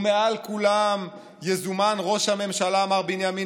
ומעל כולם יזומן ראש הממשלה מר בנימין